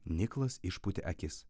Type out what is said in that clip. niklas išpūtė akis